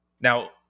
Now